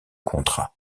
contrat